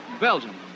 Belgium